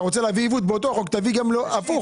אם אתה רוצה להביא עיוות תביא גם הפוך.